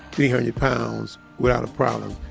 three hundred pounds without a problem,